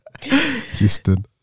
Houston